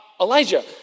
Elijah